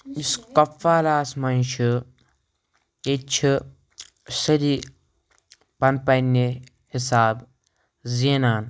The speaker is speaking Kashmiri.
یُس کۄپواراہس منٛز چھُ ییٚتہِ چھِ سٲری پَننہِ پَنٕنہِ حِسابہٕ زینان